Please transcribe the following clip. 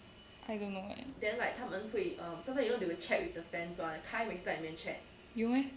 I don't know leh 有 meh